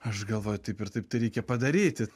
aš galvoju taip ir taip tai reikia padaryti